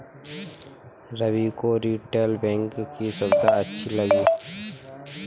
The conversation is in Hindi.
रवि को रीटेल बैंकिंग की सुविधाएं अच्छी लगी